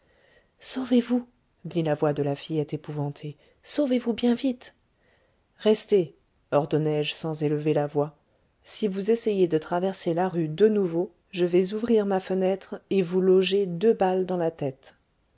dit la voix de la fillette épouvantée sauvez-vous bien vite restez ordonnai je sans élever la voix si vous essayez de traverser la rue de nouveau je vais ouvrir ma fenêtre et vous loger deux balles dans la tête